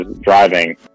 driving